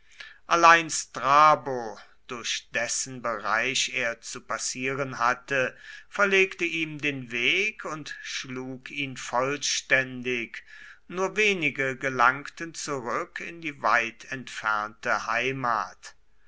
allein strabo durch dessen bereich er zu passieren hatte verlegte ihm den weg und schlug ihn vollständig nur wenige gelangten zurück in die weit entfernte heimat